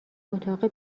اتاق